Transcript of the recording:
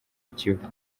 kivu